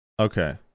okay